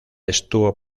estuvo